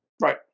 Right